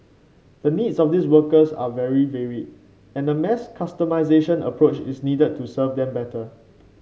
the needs of these workers are very varied and a mass customisation approach is needed to serve them better